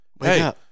hey